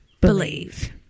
Believe